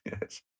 yes